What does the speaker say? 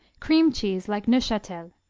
cream cheese like neufchatel,